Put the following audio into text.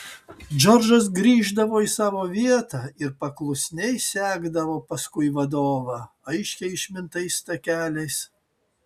džordžas grįždavo į savo vietą ir paklusniai sekdavo paskui vadovą aiškiai išmintais takeliais